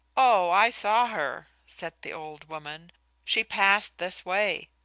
oh, i saw her, said the old woman she passed this way.